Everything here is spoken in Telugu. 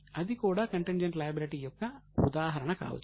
అది కూడా కంటింజెంట్ లయబిలిటీ యొక్క ఉదాహరణ కావచ్చు